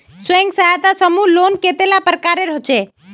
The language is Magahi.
स्वयं सहायता समूह लोन कतेला प्रकारेर होचे?